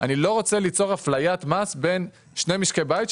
אני לא רוצה ליצור אפליית מס בין שני משקי בית,